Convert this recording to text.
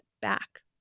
back